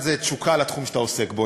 תשוקה לתחום שאתה עוסק בו,